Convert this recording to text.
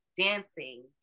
dancing